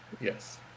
Yes